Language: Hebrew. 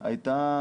נקטה הייתה,